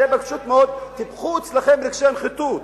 פשוט מאוד טיפחו אצלכם רגשי נחיתות.